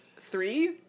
three